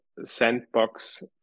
sandbox